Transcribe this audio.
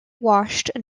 washed